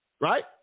right